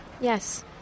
Yes